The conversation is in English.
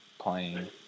playing